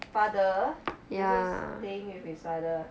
father he also staying with his father